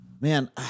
Man